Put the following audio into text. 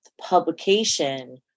publication